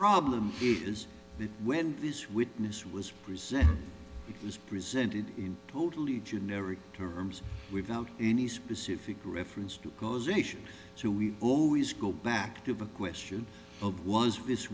witness was present it was presented in totally generic terms without any specific reference to causation so we always go back to the question of was this